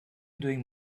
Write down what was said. doing